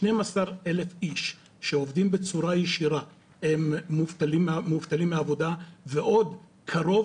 12,000 איש שעובדים בצורה ישירה הם מובטלים מעבודה ועוד קרוב